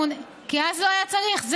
כי אז לא היה צריך.